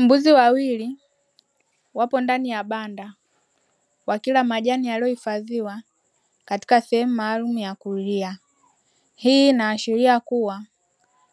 Mbuzi wawili wapo ndani ya banda, wakila majani yaliyohifadhiwa katika sehemu maalumu ya kulia. Hii inaashiria kuwa,